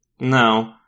no